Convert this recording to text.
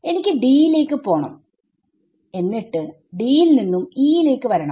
എനിക്ക് D യിലേക്ക് പോണം എന്നിട്ട് D യിൽ നിന്നും E യിലേക്ക് വരണം